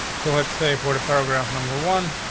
so let's say for the paragraph, number one,